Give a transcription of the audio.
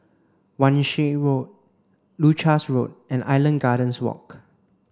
Wan Shih Road Leuchars Road and Island Gardens Walk